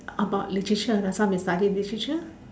about literature last time you study literature